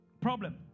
problem